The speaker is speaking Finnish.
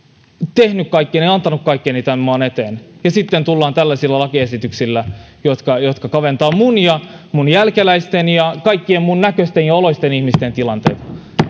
tehnyt kaikkeni antanut kaikkeni tämän maan eteen ja sitten tullaan tällaisilla lakiesityksillä jotka jotka kaventavat minun ja minun jälkeläisteni ja kaikkien minun näköisteni ja oloisteni ihmisten tilanteita